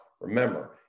remember